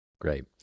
Great